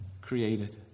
created